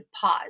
pause